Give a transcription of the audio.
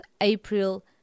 April